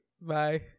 Bye